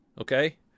okay